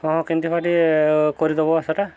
ହଁ କେମିତି କରି ଟିକେ କରିଦେବ ସେଇଟା